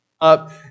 up